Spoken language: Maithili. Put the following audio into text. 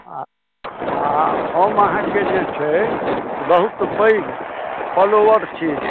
आ आ हम अहाँके जे छै बहुत पैघ फॉलोअर छी